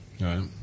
Right